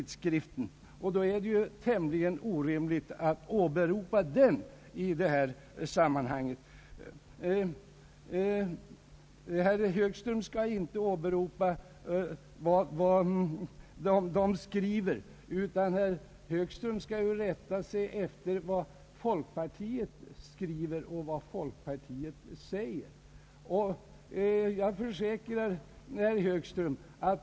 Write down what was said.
Därför är det tämligen orimligt att åberopa den i detta sammanhang. Herr Högström skall i stället rätta sig efter det folkpartiet skriver och säger.